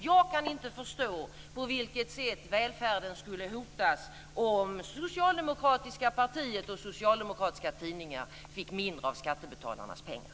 Jag kan inte förstå på vilket sätt välfärden skulle hotas om socialdemokratiska partiet och socialdemokratiska tidningar fick mindre av skattebetalarnas pengar.